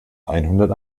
einhundert